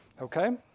okay